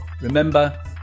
Remember